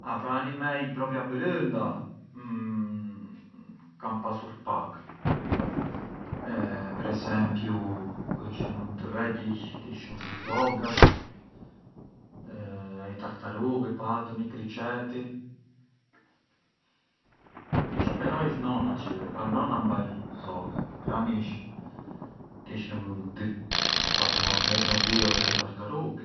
Animej propria brënda kam pasur pak, per esempiu kur ishëm të vegjij kishëm zogat, i tartarughi patëm, i criceti, però ish nona çë… nona mbaj zogat, pran patëm ndo dy o tri tartarughi,